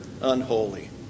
unholy